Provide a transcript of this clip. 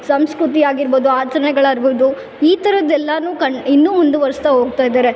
ಸಂಸ್ಕೃತಿಯಾಗಿರ್ಬೌದು ಆಚರಣೆಗಳಾಗಿರ್ಬೌದು ಈ ತರಹದ್ದೆಲ್ಲ ಕಣ್ಣು ಇನ್ನು ಮುಂದುವರಿಸ್ತಾ ಹೋಗ್ತ ಇದ್ದಾರೆ